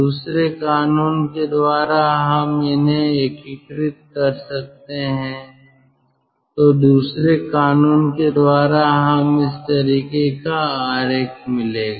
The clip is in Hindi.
दूसरे कानून के द्वारा हम इन्हें एकीकृत कर सकते हैं तो दूसरे कानून के द्वारा हमें इस तरीके का आरेख मिलेगा